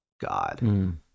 God